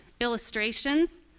illustrations